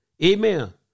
Amen